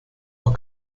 auch